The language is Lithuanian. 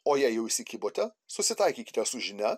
o jei jau įsikibote susitaikykite su žinia